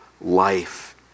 life